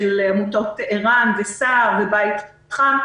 של עמותות ער"ן וסע"ר ובית חם,